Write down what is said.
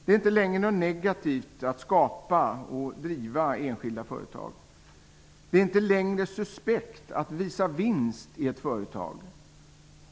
Det är inte längre något negativt i att skapa och driva enskilda företag. Det är inte längre suspekt att visa vinst i ett företag.